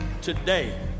today